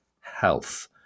health